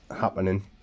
happening